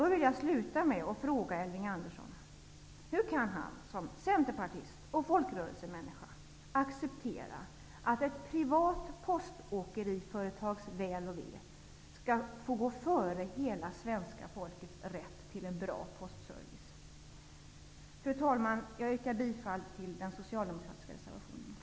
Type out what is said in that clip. Jag vill slutligen fråga Elving Andersson: Hur kan han, som centerpartist och folkrörelsemänniska, acceptera att ett privat poståkeriföretags väl och ve skall få gå före hela svenska folkets rätt till en bra postservice? Fru talman! Jag yrkar bifall till den socialdemokratiska reservationen.